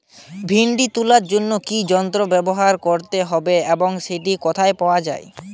ভিন্ডি তোলার জন্য কি যন্ত্র ব্যবহার করতে হবে এবং সেটি কোথায় পাওয়া যায়?